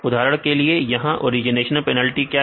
उदाहरण के लिए यहां ओरिजिनेशन पेनाल्टी क्या है